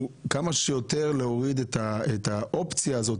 כוונתנו כמה שיותר להוריד את האופציה הזאת